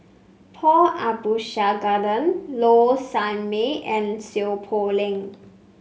Paul Abisheganaden Low Sanmay and Seow Poh Leng